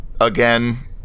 again